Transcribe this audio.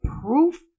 proof